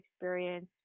experience